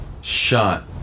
shot